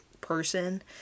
person